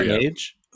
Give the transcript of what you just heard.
age